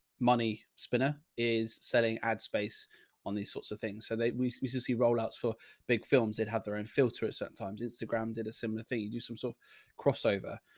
money spinner is selling ad space on these sorts of things. so they, we used to see rollouts for big films. they'd have their own filter at certain times. instagram did a similar thing, do some sort of crossover.